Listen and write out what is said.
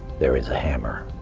there is a hammer.